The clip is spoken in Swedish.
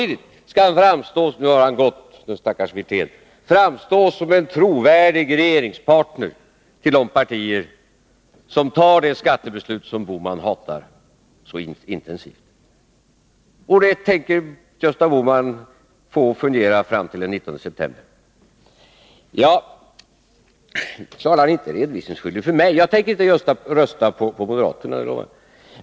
Dels skall han framstå som en trovärdig regeringspartner till de partier som fattar det skattebeslut som Gösta Bohman hatar så intensivt. Detta tänker Gösta Bohman få att fungera fram till den 19 september. Det är klart att han inte är redovisningsskyldig för mig. Jag tänker inte rösta på moderaterna — det lovar jag.